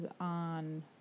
on